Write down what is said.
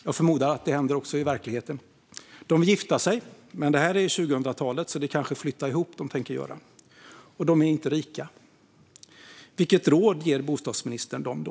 Jag förmodar att det också händer i verkligheten. De vill gifta sig, men det här är 2000-talet, så det är kanske flytta ihop de tänker göra. De är inte rika. Vilket råd ger bostadsministern dem då?